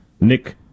Nick